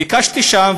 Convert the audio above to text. ביקשתי שם,